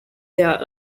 there